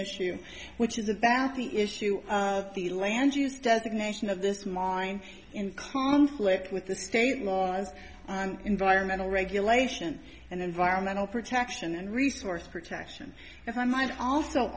issue which is that the issue of the land use designation of this mine in conflict with the state laws and environmental regulation and environmental protection and resource protection and one might also